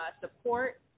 support